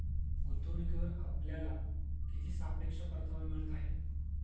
गुंतवणूकीवर आपल्याला किती सापेक्ष परतावा मिळत आहे?